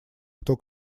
кто